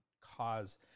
cause